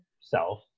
self